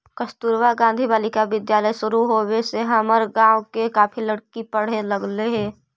कस्तूरबा गांधी बालिका विद्यालय शुरू होवे से हमर गाँव के काफी लड़की पढ़े लगले हइ